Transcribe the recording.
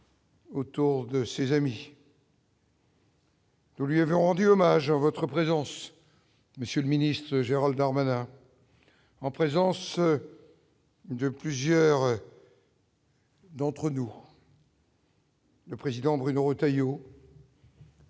Autour de ses amis. Nous lui avons rendu hommage en votre présence, monsieur le ministre, Gérald armada en présence. J'plusieurs. Le président Bruno Retailleau.